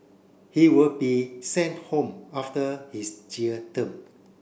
he will be sent home after his jail term